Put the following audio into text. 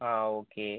ആ ഓക്കെ